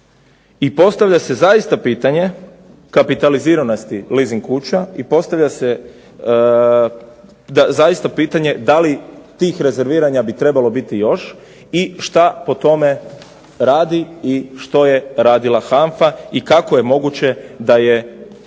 i postavlja se pitanje kapitaliziranosti leasing kuća i postavlja se zaista pitanje da li tih rezerviranja bi trebalo biti još i što po tome radi i što je radila HANFA i kako je moguće da je